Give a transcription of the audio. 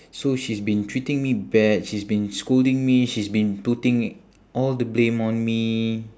so she's been treating me bad she's been scolding me she's been putting all the blame on me